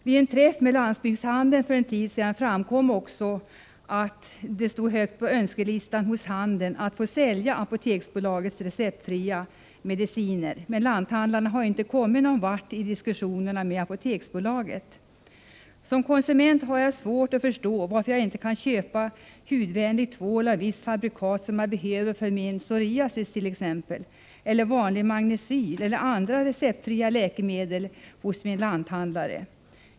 Vid en träff med landsbygdshandeln för en tid sedan framkom också att det stod högt på önskelistan hos handeln att få sälja Apoteksbolagets receptfria mediciner, men lanthandlarna har inte kommit någon vart i diskussionerna med Apoteksbolaget. Som konsument har jag svårt att förstå varför jag inte kan köpa hudvänlig tvål av visst fabrikat, som jag behöver för min psoriasis t.ex., eller vanlig Magnecyl eller andra receptfria läkemedel hos min lanthandlare.